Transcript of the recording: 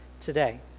today